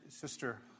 sister